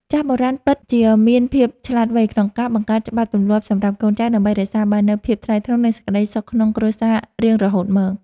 ចាស់បុរាណពិតជាមានភាពឆ្លាតវៃក្នុងការបង្កើតច្បាប់ទម្លាប់សម្រាប់កូនចៅ ដើម្បីរក្សាបាននូវភាពថ្លៃថ្នូរ និងសេចក្តីសុខក្នុងគ្រួសាររៀងរហូតមក។